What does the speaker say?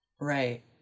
right